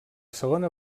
segona